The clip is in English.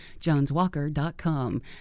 joneswalker.com